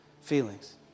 feelings